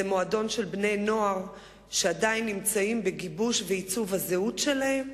מועדון של בני-נוער שעדיין נמצאים בגיבוש ועיצוב הזהות שלהם,